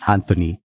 Anthony